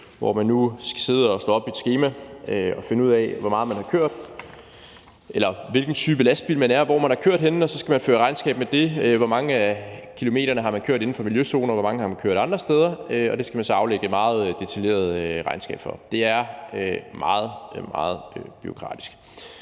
hvor man nu skal sidde og slå op i et skema og finde ud af, hvilken type lastbil man har, og hvor man har kørt henne, og så skal man føre regnskab med det, hvor mange kilometer man har kørt inden for miljøzoner, og hvor mange kilometer man har kørt andre steder, og det skal man så aflægge et meget detaljeret regnskab for. Det er meget, meget bureaukratisk.